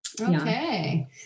Okay